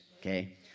okay